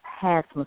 past